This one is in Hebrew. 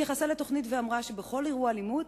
התייחסה לתוכנית ואמרה שבכל אירוע אלימות